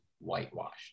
whitewashed